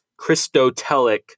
Christotelic